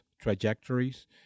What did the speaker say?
trajectories